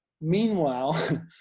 Meanwhile